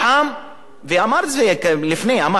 ואמר את זה לפני כן ד"ר צבי צמרת,